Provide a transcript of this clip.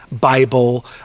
Bible